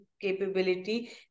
capability